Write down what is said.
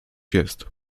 jest